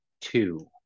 two